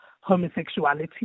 homosexuality